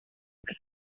plus